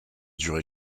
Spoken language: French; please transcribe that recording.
durer